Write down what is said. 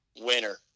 Winner